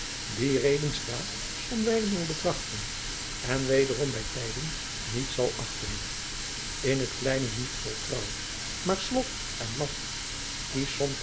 die redens raad somwijlen wil betrachten en wederom bij tijden niet zal achten in t kleine niet vol trouw maar slof en laf